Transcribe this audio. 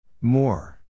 More